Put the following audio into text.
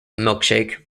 milkshake